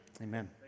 Amen